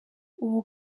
ubu